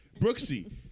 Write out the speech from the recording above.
Brooksy